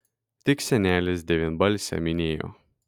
tik senelis devynbalsę minėjo